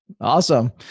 Awesome